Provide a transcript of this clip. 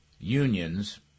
unions